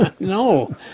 No